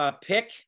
pick